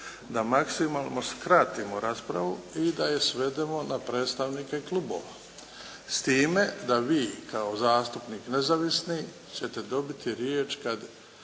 da maksimalno skratimo raspravu i da je svedemo na predstavnike klubova, s time da vi kao zastupnik nezavisni ćete dobiti riječ kad